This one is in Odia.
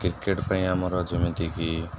କ୍ରିକେଟ ପାଇଁ ଆମର ଯେମିତିକି